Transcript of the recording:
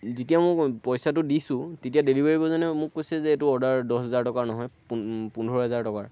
যেতিয়া মই পইচাটো দিছোঁ তেতিয়া ডেলিভাৰী বয়জনে মোক কৈছে যে এইটো অৰ্ডাৰ দহ হাজাৰ টকাৰ নহয় পোন্ধৰ হাজাৰ টকাৰ